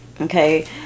Okay